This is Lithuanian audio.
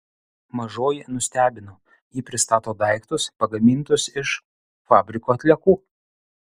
mažoji nustebino ji pristato daiktus pagamintus iš fabriko atliekų